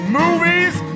movies